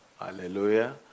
Hallelujah